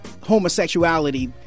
homosexuality